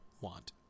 want